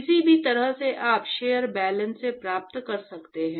किसी भी तरह से आप शेल बैलेंस से प्राप्त कर सकते हैं